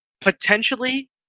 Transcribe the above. potentially